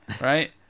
Right